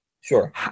Sure